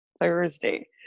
Thursday